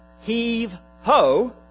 heave-ho